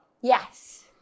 Yes